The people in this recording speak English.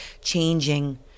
changing